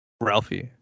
Ralphie